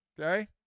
Okay